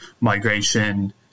migration